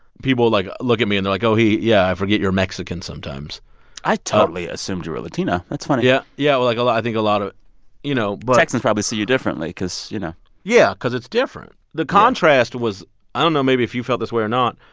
people, like, look at me. and they're like oh, he yeah, i forget you're mexican sometimes i totally assumed you were latino. that's funny yeah. yeah. well, like i think a lot of you know, but. texans probably see you differently cause, you know yeah, cause it's different. the contrast was i don't know, maybe, if you felt this way or not.